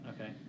Okay